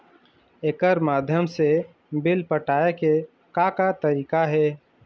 एकर माध्यम से बिल पटाए के का का तरीका हे?